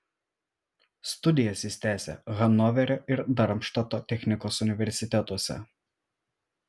studijas jis tęsė hanoverio ir darmštato technikos universitetuose